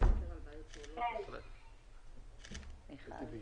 לכן קידמנו